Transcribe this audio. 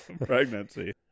pregnancy